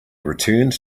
returned